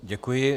Děkuji.